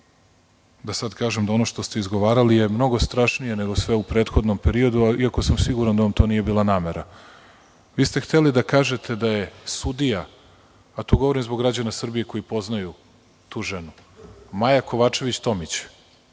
da sad kažem da ono što ste izgovarali je mnogo strašnije nego sve u prethodnom periodu, iako sam siguran da vam to nije bila namera. Vi ste hteli da kažete da je sudija, a to govorim zbog građana Srbije koji poznaju tu ženu, Maja Kovačević Tomić,